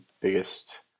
biggest